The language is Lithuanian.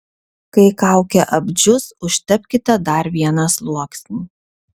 kai kaukė apdžius užtepkite dar vieną sluoksnį